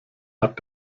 hat